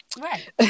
Right